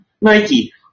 Nike